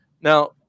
now